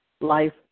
life